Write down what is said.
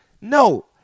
no